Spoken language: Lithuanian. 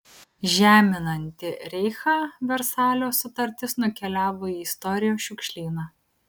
žeminanti reichą versalio sutartis nukeliavo į istorijos šiukšlyną